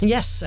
Yes